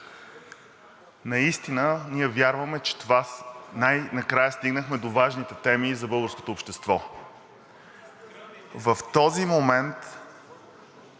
Наистина ние вярваме, че най-накрая стигнахме до важните теми за българското общество. В този момент